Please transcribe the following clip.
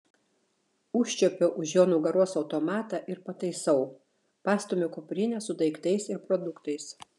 užčiuopiu už jo nugaros automatą ir pataisau pastumiu kuprinę su daiktais ir produktais